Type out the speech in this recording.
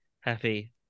Happy